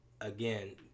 again